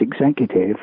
Executive